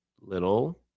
little